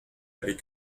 avait